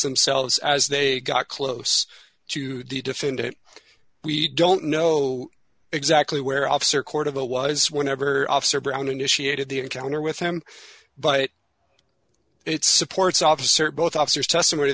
themselves as they got close to the defendant we don't know exactly where officer court of the was whenever officer brown initiated the encounter with him but it supports officer both officers test